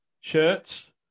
shirts